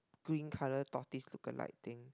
green colour tortoise look alike thing